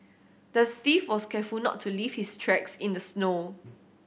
the thief was careful not to leave his tracks in the snow